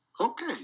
Okay